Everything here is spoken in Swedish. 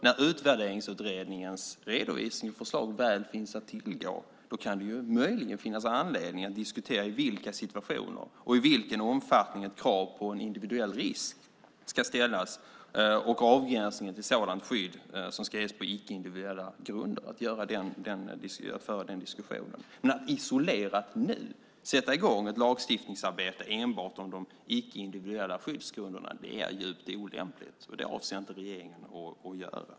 När utvärderingsutredningens redovisning och förslag väl finns att tillgå kan det möjligen finnas anledning att diskutera i vilka situationer och vilken omfattning ett krav på en individuell risk ska ställas och avgränsningen till sådant skydd som ska ges på icke-individuella grunder. Att isolerat nu sätta i gång ett lagstiftningsarbete enbart om de icke-individuella skyddsgrunderna är djupt olämpligt. Det avser inte regeringen att göra.